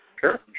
Sure